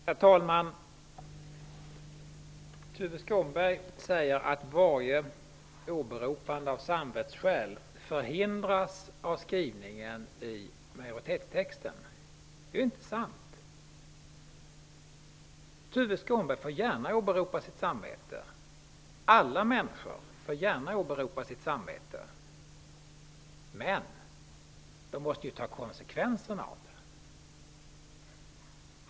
Herr talman! Tuve Skånberg säger att varje åberopande av samvetsskäl förhindras av skrivningen i majoritetstexten. Det är inte sant. Tuve Skånberg får gärna åberopa sitt samvete. Alla människor får gärna åberopa sitt samvetet. Men då måste man ta konsekvenserna av det.